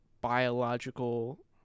biological